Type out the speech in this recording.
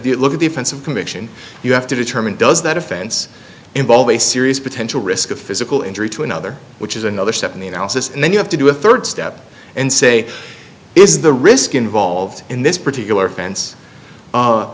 that look at defensive conviction you have to determine does that offense involve a serious potential risk of physical injury to another which is another step in the analysis and then you have to do a third step and say is the risk involved in this particular offense